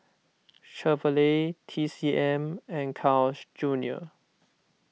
Chevrolet T C M and Carl's Junior